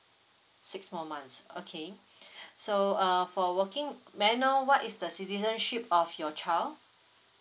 six more months okay so uh for working may I know what is the citizenship of your child